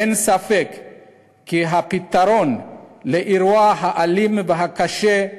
אין ספק כי הפתרון לאירוע האלים והקשה,